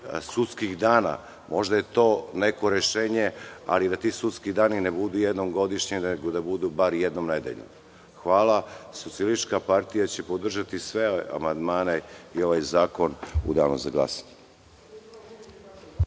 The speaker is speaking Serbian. sudskih dana. Možda je to neko rešenje, ali da ti sudski dani ne budu jednom godišnje nego da budu bar jednom nedeljno. Socijalistička partija će podržati sve amandmane i ovaj zakon u danu za glasanje.